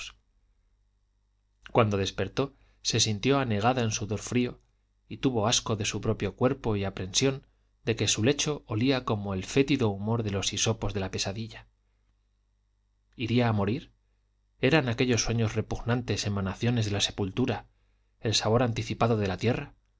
cuando despertó se sintió anegada en sudor frío y tuvo asco de su propio cuerpo y aprensión de que su lecho olía como el fétido humor de los hisopos de la pesadilla iría a morir eran aquellos sueños repugnantes emanaciones de la sepultura el sabor anticipado de la tierra